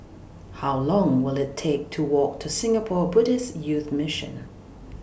How Long Will IT Take to Walk to Singapore Buddhist Youth Mission